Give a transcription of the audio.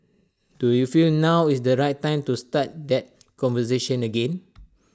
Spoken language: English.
do you feel now is the right time to start that conversation again